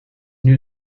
new